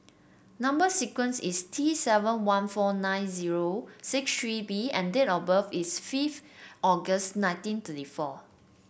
number sequence is T seven one four nine zero six three B and date of birth is fifth August nineteen thirty four